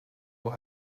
will